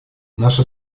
наша